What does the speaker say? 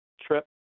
trip